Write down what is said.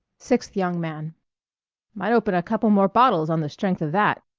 sixth young man might open a couple more bottles on the strength of that.